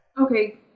Okay